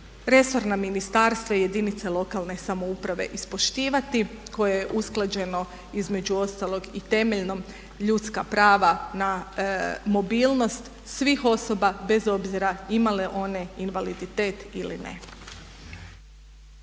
resorna ministarstva i jedinice lokalne samouprave ispoštivati koje je usklađeno između ostalog i temeljnom ljudska prava na mobilnost svih osoba bez obzira imale one invaliditet ili ne.